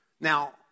Now